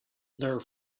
their